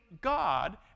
God